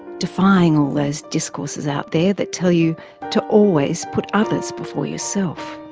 defying all those discourses out there that tell you to always put others before yourself.